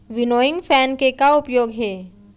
Winnowing fan के का उपयोग हे?